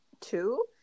two